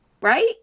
right